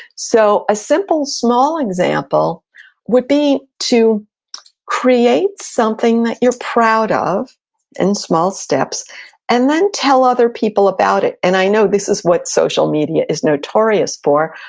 so a simple small example would be to create something that you're proud of in small steps and then tell other people about it. and i know this is what social media is notorious for,